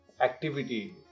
activity